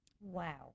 wow